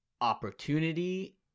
opportunity